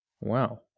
Wow